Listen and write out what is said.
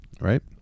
right